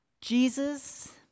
Jesus